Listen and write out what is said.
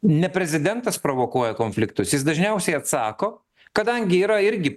ne prezidentas provokuoja konfliktus jis dažniausiai atsako kadangi yra irgi